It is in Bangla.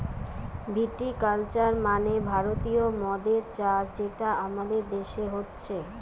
ভিটি কালচার মানে ভারতীয় মদের চাষ যেটা আমাদের দেশে হচ্ছে